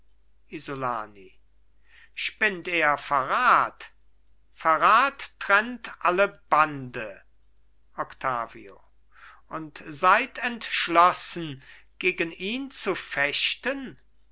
isolani spinnt er verrat verrat trennt alle bande octavio und seid entschlossen gegen ihn zu fechten